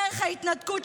דרך ההתנתקות,